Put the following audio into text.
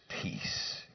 peace